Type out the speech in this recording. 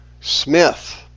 smith